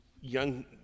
young